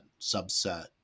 subset